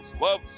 love